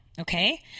okay